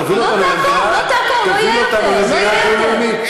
תוביל אותנו לזירה הבין-לאומית.